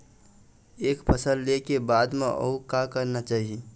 एक फसल ले के बाद म अउ का करना चाही?